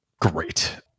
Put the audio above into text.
great